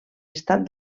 estat